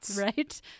Right